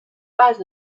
pas